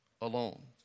alone